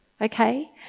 okay